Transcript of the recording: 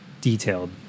detailed